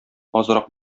азрак